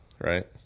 right